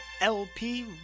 LP